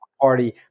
party